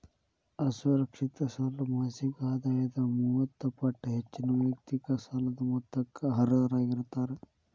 ಅಸುರಕ್ಷಿತ ಸಾಲ ಮಾಸಿಕ ಆದಾಯದ ಮೂವತ್ತ ಪಟ್ಟ ಹೆಚ್ಚಿನ ವೈಯಕ್ತಿಕ ಸಾಲದ ಮೊತ್ತಕ್ಕ ಅರ್ಹರಾಗಿರ್ತಾರ